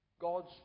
God's